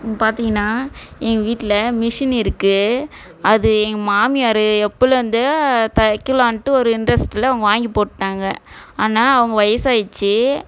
பார்த்தீங்கன்னா எங்கள் வீட்டில் மிஷின் இருக்குது அது எங்கள் மாமியார் எப்பலேருந்தே தைக்கலான்ட்டு ஒரு இன்ட்ரெஸ்டில் அவங்க வாங்கி போட்டாங்க ஆனால் அவங்க வயசாயிடுச்சி